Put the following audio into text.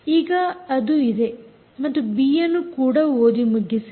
ಈಗ ಅದು ಇದೆ ಮತ್ತು ಬಿ ಯನ್ನು ಕೂಡ ಓದಿ ಮುಗಿಸಿದೆ